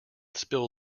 spill